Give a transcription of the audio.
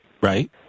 Right